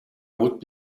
would